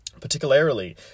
particularly